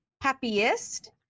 happiest